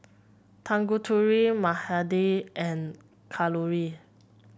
Tanguturi Mahade and Kalluri